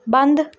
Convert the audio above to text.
ਬੰਦ